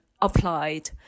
applied